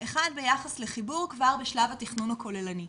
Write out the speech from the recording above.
אחד, ביחס לחיבור כבר בשלב התכנון הכוללני.